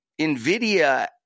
nvidia